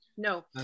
No